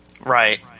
Right